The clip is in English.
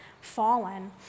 fallen